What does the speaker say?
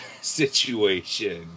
situation